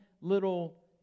little